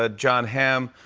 ah jon hamm,